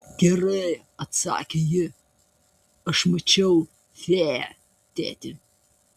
gerai atsakė ji aš mačiau fėją tėti